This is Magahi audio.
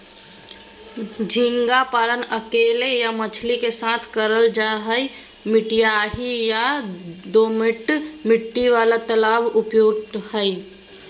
झींगा पालन अकेले या मछली के साथ करल जा हई, मटियाही या दोमट मिट्टी वाला तालाब उपयुक्त हई